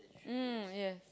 mm yes